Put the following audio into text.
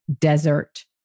desert